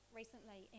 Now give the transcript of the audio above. recently